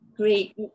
Great